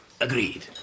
Agreed